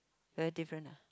very different ah